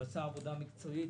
הוא עשה עבודה רצינית ומקצועית,